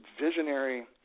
visionary